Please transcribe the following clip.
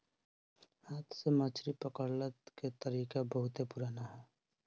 हाथ से मछरी पकड़ला के तरीका बहुते पुरान ह